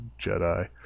Jedi